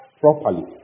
properly